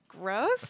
Gross